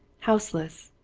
houseless,